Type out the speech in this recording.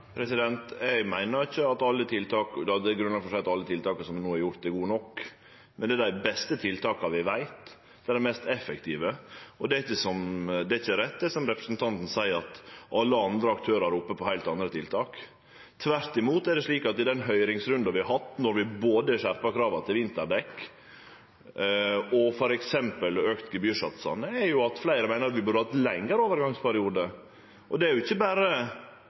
Eg meiner ikkje at det er grunnlag for å seie at alle tiltaka som vi no har gjort, er gode nok. Men det er dei beste tiltaka vi veit om, det er dei mest effektive. Og det er ikkje rett, det som representanten seier, at alle andre aktørar roper på heilt andre tiltak. Tvert imot – i den høyringsrunden vi hadde då vi både skjerpa krava til vinterdekk og auka gebyrsatsane, meinte fleire at vi burde hatt lengre overgangsperiode. Det er ikkje berre Norges Lastebileier-Forbund og andre som har meint at vi bør ha ein overgangsperiode, også politiet har meint det. Det er ikkje